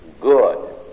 good